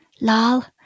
Lal